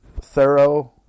thorough